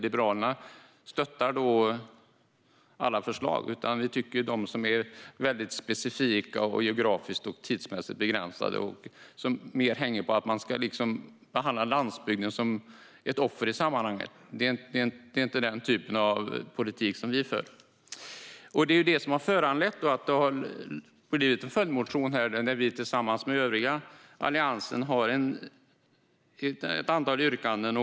Liberalerna stöttar dock inte alla förslag, framför allt inte de som är väldigt specifika, geografiskt och tidsmässigt begränsade och hänger på att man ska behandla landsbygden som ett offer i sammanhanget. Det är inte den typ av politik som vi för. Det är det som har föranlett följdmotionen, där vi tillsammans med övriga Alliansen har ett antal yrkanden.